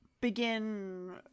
begin